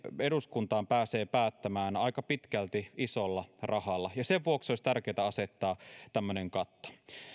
eduskuntaan pääsee päättämään aika pitkälti isolla rahalla ja sen vuoksi olisi tärkeää asettaa tämmöinen katto